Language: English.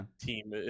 team